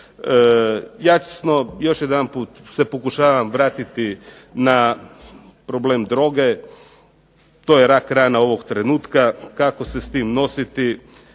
Jasno još jedanput se pokušavam vratiti na problem droge. To je rak rana ovog trenutka, kako se s tim nositi.